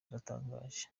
iratangaje